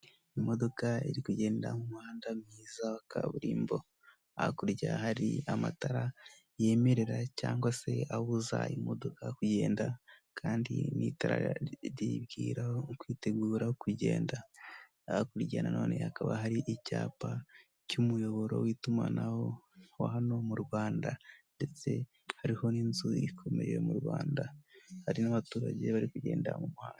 Imodoka iri kugenda mu muhanda mwiza wa kaburimbo hakurya hari amatara yemerera cyangwa se abuza imodoka kugenda kandi itara rikubwira kwitegura kugenda hakurya na none hakaba hari icyapa cy'umuyoboro w'itumanaho wa hano mu rwanda ndetse hariho n'inzu ikomeye mu rwanda harimonabaturage bari kugenda mu muhanda